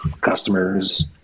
customers